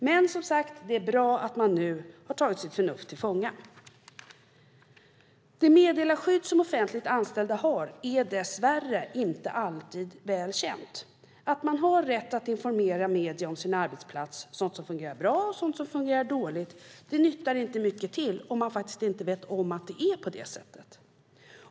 Men, som sagt, det är bra att man nu har tagit sitt förnuft till fånga. Det meddelarskydd som offentligt anställda har är dess värre inte alltid väl känt. Att man har rätt att informera medier om sin arbetsplats, sådant som fungerar bra och sådant som fungerar dåligt, nyttar inte mycket till om man faktiskt inte vet om att det är på det sättet.